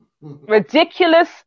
Ridiculous